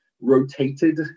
rotated